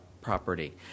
property